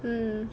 mmhmm